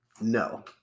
no